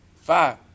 five